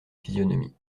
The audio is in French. physionomie